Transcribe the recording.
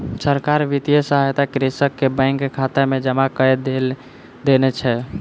सरकार वित्तीय सहायता कृषक के बैंक खाता में जमा कय देने छै